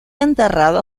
enterrado